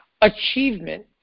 Achievement